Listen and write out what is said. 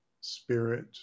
spirit